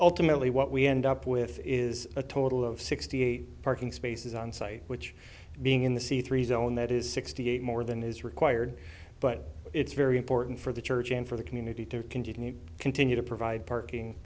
ultimately what we end up with is a total of sixty eight parking spaces onsite which being in the c three zone that is sixty eight more than is required but it's very important for the church and for the community to continue to continue to provide parking